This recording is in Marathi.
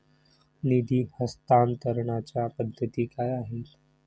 निधी हस्तांतरणाच्या पद्धती काय आहेत?